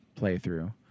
playthrough